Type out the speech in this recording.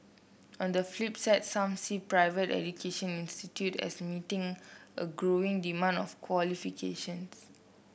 on the flip side some see private education institute as meeting a growing demand for qualifications